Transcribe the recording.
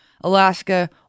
Alaska